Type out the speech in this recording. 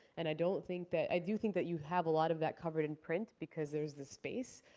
and i don't think that i do think that you have a lot of that covered in print because there's the space.